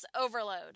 overload